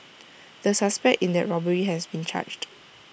the suspect in that robbery has been charged